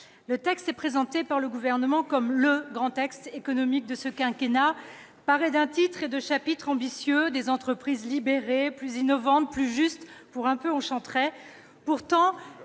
Ce texte est présenté par le Gouvernement comme le grand texte économique de ce quinquennat, paré d'un titre et de chapitres ambitieux :« Des entreprises libérées, plus innovantes, plus justes »... Pour un peu, on chanterait.